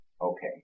Okay